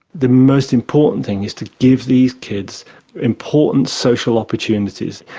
the most important thing is to give these kids important social opportunities.